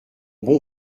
bon